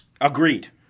Agreed